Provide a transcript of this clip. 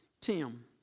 Tim